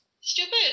stupid